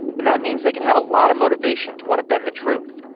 and that means they can have a lot of motivation to want to bend the truth.